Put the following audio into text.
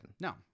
no